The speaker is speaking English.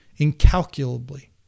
incalculably